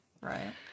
right